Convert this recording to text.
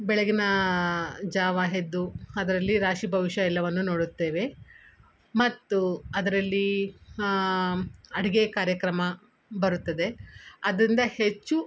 ಬೆಳಗಿನ ಜಾವ ಎದ್ದು ಅದರಲ್ಲಿ ರಾಶಿ ಭವಿಷ್ಯ ಎಲ್ಲವನ್ನು ನೋಡುತ್ತೇವೆ ಮತ್ತು ಅದ್ರಲ್ಲಿ ಅಡುಗೆ ಕಾರ್ಯಕ್ರಮ ಬರುತ್ತದೆ ಅದರಿಂದ ಹೆಚ್ಚು